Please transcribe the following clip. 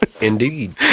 Indeed